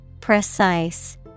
Precise